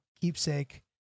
keepsake